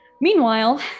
Meanwhile